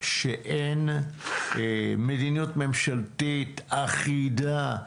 שאין מדיניות ממשלתית אחידה,